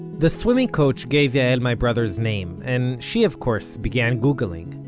the swimming coach gave yael my brother's name, and she of course began googling.